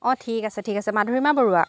অঁ ঠিক আছে ঠিক আছে মাধুৰিমা বৰুৱা